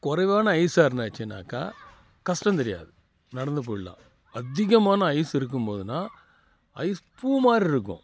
குறைவான ஐஸாக இருந்துச்சுனாக்கா கஷ்டம் தெரியாது நடந்து போய்டலாம் அதிகமான ஐஸ் இருக்கும் போதுதான் ஐஸ் பூ மாதிரி இருக்கும்